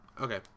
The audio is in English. Okay